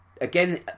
Again